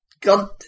God